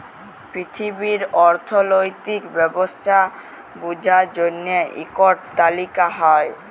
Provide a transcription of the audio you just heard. পিথিবীর অথ্থলৈতিক ব্যবস্থা বুঝার জ্যনহে ইকট তালিকা হ্যয়